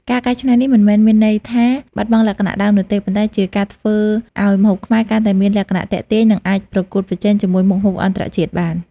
ការកែច្នៃនេះមិនមែនមានន័យថាបាត់បង់លក្ខណៈដើមនោះទេ ប៉ុន្តែជាការធ្វើឲ្យម្ហូបខ្មែរកាន់តែមានលក្ខណៈទាក់ទាញ និងអាចប្រកួតប្រជែងជាមួយមុខម្ហូបអន្តរជាតិបាន។